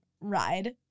ride